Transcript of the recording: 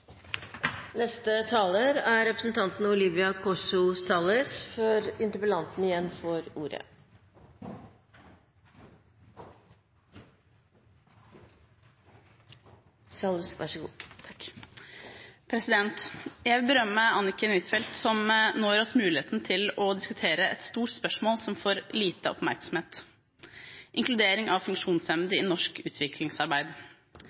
Jeg vil berømme Anniken Huitfeldt, som nå gir oss muligheten til å diskutere et stort spørsmål som får lite oppmerksomhet: inkludering av